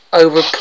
over